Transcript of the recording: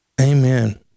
amen